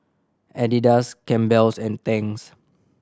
Adidas Campbell's and Tangs